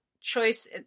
choice